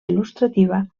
il·lustrativa